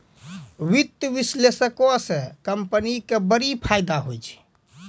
वित्तीय विश्लेषको से कंपनी के बड़ी फायदा होय छै